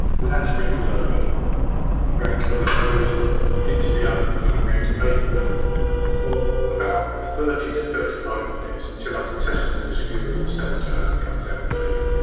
with that sprinkled over i'm going to put those into the oven and i'm going to bake them for about thirty to thirty five minutes, until i can test them with a skewer in the center and it comes out clean.